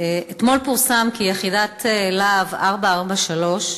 אתמול פורסם כי יחידת "להב 443"